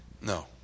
no